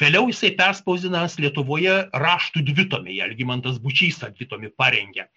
vėliau jisai perspausdinamas lietuvoje raštų dvitomyje algimantas bučys tą dvitomį parengia